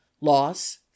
Loss